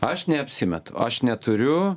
aš neapsimetu aš neturiu